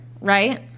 right